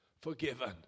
Forgiven